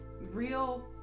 real